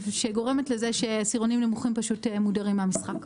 שגורמת לזה שעשירונים נמוכים מודרים מהמשחק.